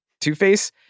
Two-Face